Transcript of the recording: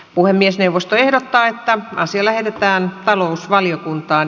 puhemiesneuvosto ehdottaa että asia lähetetään talousvaliokuntaan